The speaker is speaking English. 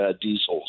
diesels